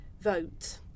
vote